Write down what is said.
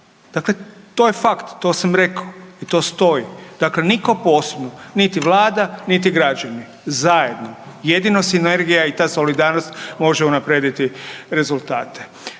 Dakle, to je fakt, to sam rekao i to stoji. Dakle nitko .../Govornik se ne razumije./... niti Vlada niti građani zajedno, jedino sinergija i ta solidarnost može unaprijediti rezultate.